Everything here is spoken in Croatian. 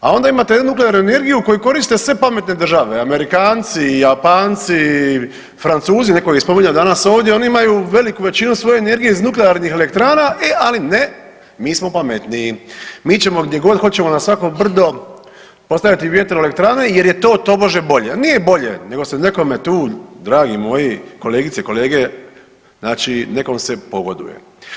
A onda imate jednu nuklearnu energiju koju koriste sve pametne države, Amerikanci i Japanci i Francuzi, neko ih je spominjao danas ovdje, oni imaju veliku većinu svoje energije iz nuklearnih elektrana, e ali ne mi smo pametniji, mi ćemo gdje god hoćemo na svako brdo postaviti vjetroelektrane jer je to tobože bolje, nije bolje nego se nekome tu dragi moji kolegice i kolege znači nekom se pogoduje.